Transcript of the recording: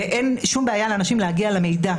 ואין שום בעיה לאנשים להגיע למידע.